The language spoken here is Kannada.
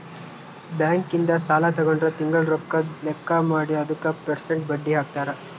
ಬ್ಯಾಂಕ್ ಇಂದ ಸಾಲ ತಗೊಂಡ್ರ ತಿಂಗಳ ರೊಕ್ಕದ್ ಲೆಕ್ಕ ಮಾಡಿ ಅದುಕ ಪೆರ್ಸೆಂಟ್ ಬಡ್ಡಿ ಹಾಕ್ತರ